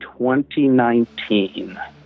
2019